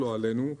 לא עלינו,